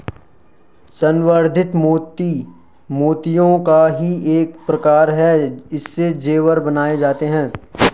संवर्धित मोती मोतियों का ही एक प्रकार है इससे जेवर बनाए जाते हैं